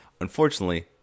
Unfortunately